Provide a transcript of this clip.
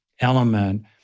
element